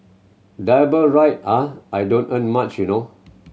double ride ah I don't earn much you know